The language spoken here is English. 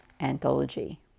anthology